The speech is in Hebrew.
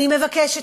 אני מבקשת: